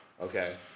Okay